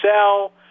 sell